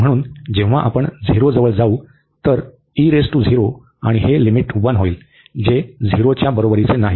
म्हणून जेव्हा आपण 0 जवळ जाऊ तर आणि हे लिमिट 1 होईल जे 0 च्या बरोबरीचे नाही